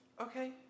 Okay